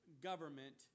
government